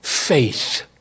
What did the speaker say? faith